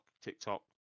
tiktok